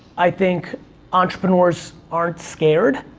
i think entrepreneurs aren't scared,